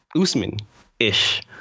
Usman-ish